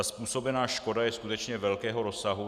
Způsobená škoda je skutečně velkého rozsahu.